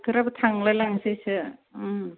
बोथोराबो थांलायलांनोसैसो